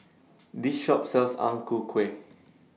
This Shop sells Ang Ku Kueh